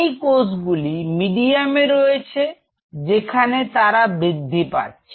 এই কোষগুলি মিডিয়ামে রয়েছে যেখানে তারা বৃদ্ধি পাচ্ছে